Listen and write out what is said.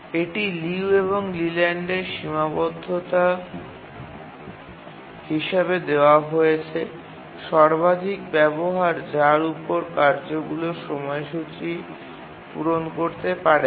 এটি লিউ এবং লেল্যান্ডের সীমাবদ্ধতা হিসাবে দেওয়া হয়েছে সর্বাধিক ব্যবহার যার উপর কার্যগুলি সময়সূচী পূরণ করতে পারে না